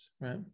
right